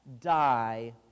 die